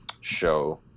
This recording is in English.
show